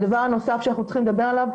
הדבר הנוסף שאנחנו צריכים לדבר עליו,